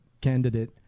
candidate